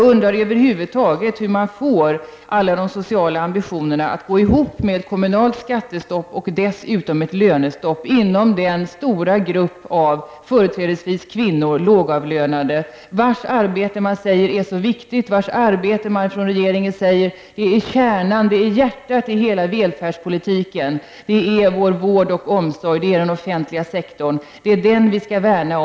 Hur får man alla de sociala ambitionerna att gå ihop med ett kommunalt skattestopp och dessutom ett lönestopp inom den stora grupp av företrädesvis lågavlönade kvinnor, vilkas arbete regeringen säger är så viktigt och utgör hjärtat i hela välfärdspolitiken, nämligen vård och omsorg? Vi skall värna om den offentliga sektorn.